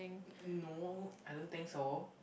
n~ no I don't think so